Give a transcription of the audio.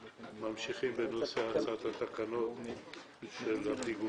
ממשיכים בנושא הצעת תקנות הבטיחות בעבודה,